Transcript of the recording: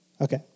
Okay